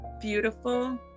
beautiful